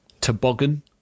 Toboggan